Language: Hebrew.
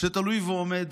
שתלוי ועומד